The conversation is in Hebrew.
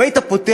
אם היית פותר,